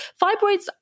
Fibroids